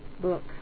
book